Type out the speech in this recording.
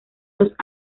los